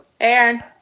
Aaron